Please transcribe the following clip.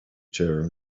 chair